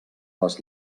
les